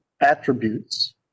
attributes